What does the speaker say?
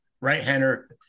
Right-hander